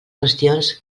qüestions